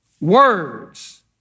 words